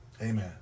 Amen